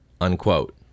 unquote